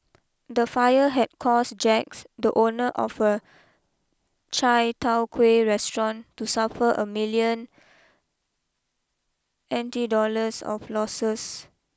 the fire had caused Jax the owner of a Chai tow Kuay restaurant to suffer a million N T dollars of losses